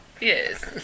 Yes